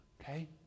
Okay